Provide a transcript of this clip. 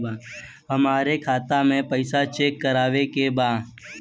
हमरे खाता मे पैसा चेक करवावे के बा?